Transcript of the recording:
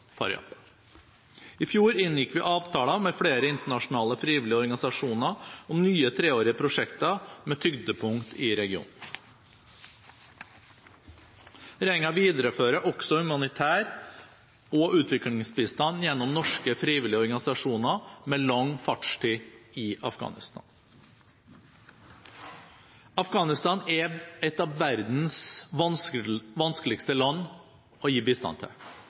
Faryab. I fjor inngikk vi avtaler med flere internasjonale frivillige organisasjoner om nye treårige prosjekter, med tyngdepunkt i regionen. Regjeringen viderefører også humanitær bistand og utviklingsbistand gjennom norske frivillige organisasjoner med lang fartstid i Afghanistan. Afghanistan er et av verdens vanskeligste land å gi bistand til.